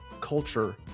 culture